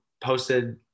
posted